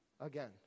again